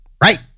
Right